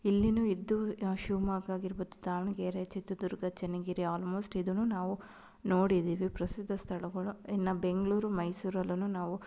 ಇಲ್ಲಿನೂ ಇದ್ದು ಶಿವಮೊಗ್ಗ ಆಗಿರ್ಬೋದು ದಾವಣಗೆರೆ ಚಿತ್ರದುರ್ಗ ಚೆನ್ನಗಿರಿ ಆಲ್ಮೋಸ್ಟ್ ಇದು ನಾವು ನೋಡಿದ್ದೀವಿ ಪ್ರಸಿದ್ಧ ಸ್ಥಳಗಳು ಇನ್ನು ಬೆಂಗಳೂರು ಮೈಸೂರಲ್ಲು ನಾವು